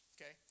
okay